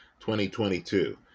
2022